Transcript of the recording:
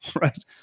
Right